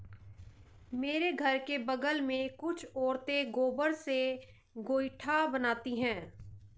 मेरे घर के बगल में कुछ औरतें गोबर से गोइठा बनाती है